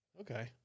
Okay